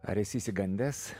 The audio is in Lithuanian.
ar esi išsigandęs